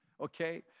okay